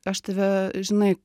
aš tave žinai